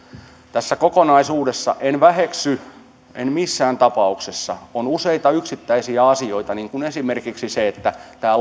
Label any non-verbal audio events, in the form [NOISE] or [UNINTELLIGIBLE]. tässä kokonaisuudessa en väheksy en missään tapauksessa yksittäisiä asioita niin kuin esimerkiksi se että tämä [UNINTELLIGIBLE]